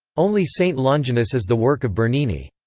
only saint longinus is the work of bernini.